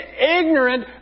ignorant